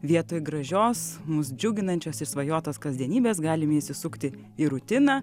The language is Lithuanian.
vietoj gražios mus džiuginančios išsvajotos kasdienybės galime įsisukti į rutiną